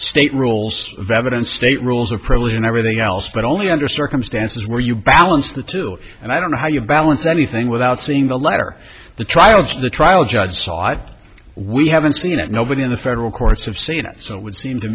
state rules of evidence state rules are probably in everything else but only under circumstances where you balance the two and i don't know how you balance anything without seeing the light or the trial of the trial judge saw it we haven't seen it nobody in the federal courts have seen it so it would seem to